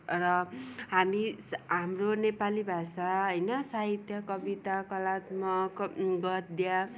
र हामी हाम्रो नेपाली भाषा होइन साहित्य कविता कलात्मक गद्य